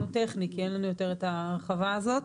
הוא טכני כי אין לנו יותר את ההרחבה הזאת.